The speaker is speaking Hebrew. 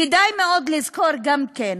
כדאי מאוד לזכור, גם כן,